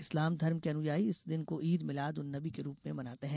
इस्लाम धर्म के अनुयायी इस दिन को ईद मिलाद उन नबी के रूप में मनाते हैं